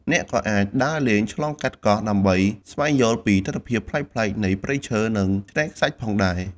អ្នកក៏អាច ដើរលេងឆ្លងកាត់កោះ ដើម្បីស្វែងយល់ពីទិដ្ឋភាពប្លែកៗនៃព្រៃឈើ និងឆ្នេរខ្សាច់ផងដែរ។